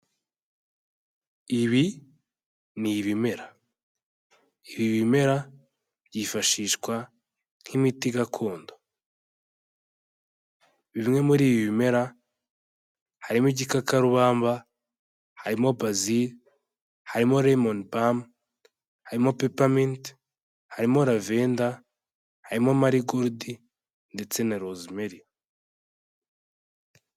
Ibi ni ibimera. Ibi bimera byifashishwa nk'imiti gakondo. Bimwe muri ibi bimera harimo igikakarubamba, harimo Bazili, harimo Lemoni Bamu, harimo Pepa Menite, harimo Lavenda, harimo mari godi ndetse na Rose Meri.